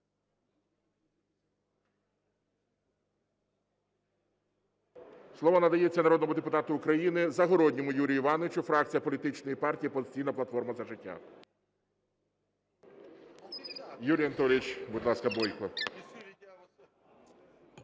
Слово надається народному депутату України Загородньому Юрію Івановичу, фракція політичної партії "Опозиційна платформа - За життя".